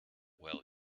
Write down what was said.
well